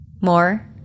more